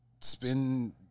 Spin